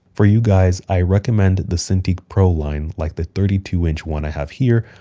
for you guys, i recommend the cintiq pro line, like the thirty two inch one i have here,